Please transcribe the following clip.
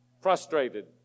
frustrated